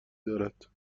دارد